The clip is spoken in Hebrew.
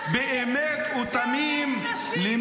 גם אחרי 7 באוקטובר מדינת ישראל כבר הפסידה וכל